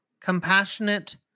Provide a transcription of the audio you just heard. compassionate